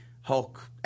Hulk